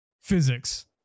Physics